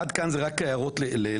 עד כאן אלו רק הערות אליך.